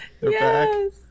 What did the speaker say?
Yes